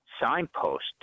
signpost